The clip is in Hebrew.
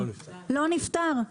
לא נפתר.